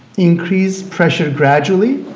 increased pressure gradually,